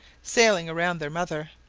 sailing round their mother,